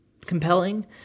compelling